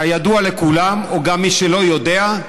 כידוע לכולם, וגם למי שלא יודע,